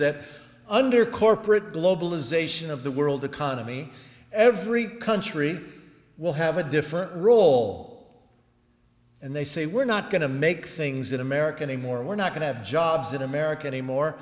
that under corporate globalization of the world economy every country will have a different role and they say we're not going to make things that american and more we're not going to have jobs in america anymore